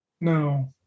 No